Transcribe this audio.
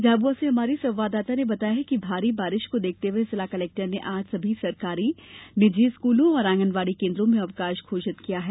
झाबुआ से हमारे संवाददाता ने बताया है कि भारी बारिश को देखते हुए जिला कलेक्टर ने आज सभी शासकीय अशासकीय स्कूलों और आंगनबाड़ी केन्द्रों में अवकाश घोषित किया है